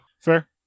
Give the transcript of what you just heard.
Fair